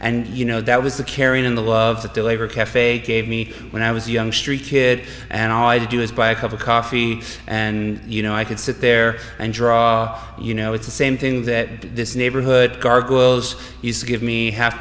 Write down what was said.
and you know that was the caring in the love that the labor cafe gave me when i was young street kid and all i do is buy a cup of coffee and you know i could sit there and draw you know it's the same thing that this neighborhood gargoyles used to give me half